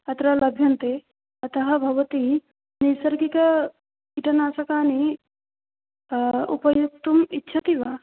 अत्र लभ्यन्ते अतः भवती नैसर्गिककीटनाशकानि उपयोक्तुम् इच्छति वा